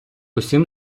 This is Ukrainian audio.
усім